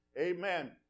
Amen